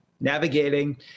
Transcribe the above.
navigating